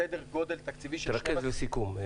בסדר גודל תקציבי של --- תרכז לסיכום.